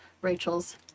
Rachel's